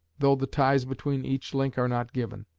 though the ties between each link are not given.